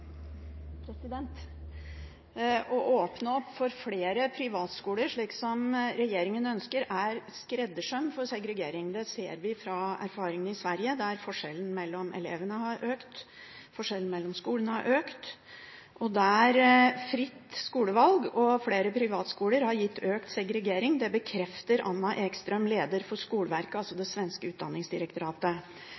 Å åpne opp for flere privatskoler slik regjeringen ønsker, er skreddersøm for segregering. Det ser vi fra erfaringene i Sverige, der forskjellen mellom elevene har økt, forskjellen mellom skolene har økt, og der fritt skolevalg og flere privatskoler har gitt økt segregering. Det bekrefter Anna Ekström, leder for Skolverket, det